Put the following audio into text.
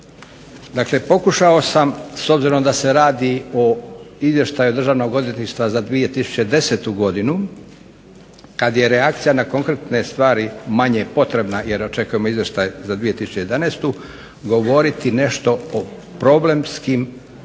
Dakle, pokušao sam s obzirom da se radi o izvještaju Državnog odvjetništva za 2010. godinu, kada je reakcija na potrebne stvari manje potrebna jer očekujemo izvještaj za 2011. govoriti nešto o problemskim odnosima